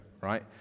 right